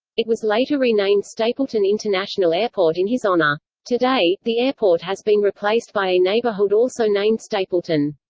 it was later renamed stapleton international airport in his honor. today, the airport has been replaced by a neighborhood also named stapleton.